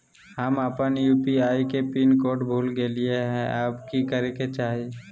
हम अपन यू.पी.आई के पिन कोड भूल गेलिये हई, अब की करे के चाही?